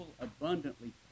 abundantly